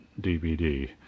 DVD